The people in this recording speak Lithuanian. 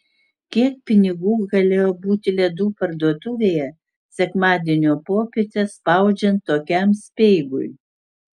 kiek pinigų galėjo būti ledų parduotuvėje sekmadienio popietę spaudžiant tokiam speigui